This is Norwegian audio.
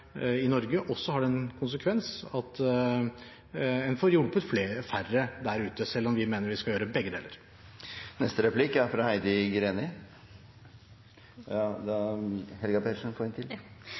i Norge også har som konsekvens at man får hjulpet færre der ute – selv om vi mener vi skal gjøre begge deler.